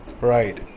right